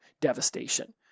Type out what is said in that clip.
devastation